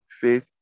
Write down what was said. Faith